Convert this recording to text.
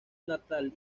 natal